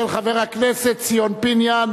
של חבר הכנסת ציון פיניאן,